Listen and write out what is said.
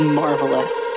marvelous